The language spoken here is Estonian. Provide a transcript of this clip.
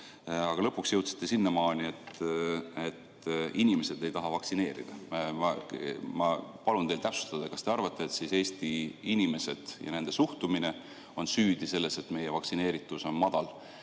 Aga lõpuks jõudsite sinnamaani, et inimesed ei taha vaktsineerida. Ma palun teil täpsustada: kas te arvate, et Eesti inimesed ja nende suhtumine on süüdi selles, et meie vaktsineeritus on madal,